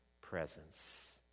presence